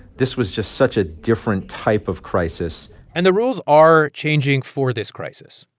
this was just such a different type of crisis and the rules are changing for this crisis.